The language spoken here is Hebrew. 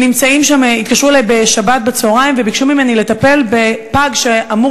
התקשרו אלי בשבת בצהריים וביקשו ממני לטפל בפג שאמור